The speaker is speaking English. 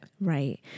Right